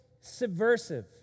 subversive